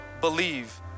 believe